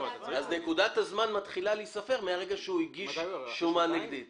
נקודת הזמן מתחילה להיספר מרגע שהוא הגיש שומה נגדית.